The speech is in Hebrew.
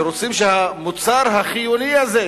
רוצים שהמוצר החיוני הזה,